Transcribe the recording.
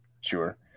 Sure